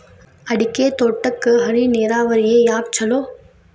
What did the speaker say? ಅಡಿಕೆ ತೋಟಕ್ಕ ಹನಿ ನೇರಾವರಿಯೇ ಯಾಕ ಛಲೋ?